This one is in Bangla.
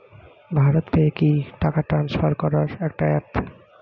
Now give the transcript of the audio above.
ভারত পে কি?